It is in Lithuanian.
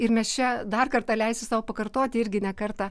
ir mes čia dar kartą leisiu sau pakartoti irgi ne kartą